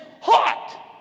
hot